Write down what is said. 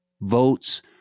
votes